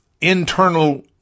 internal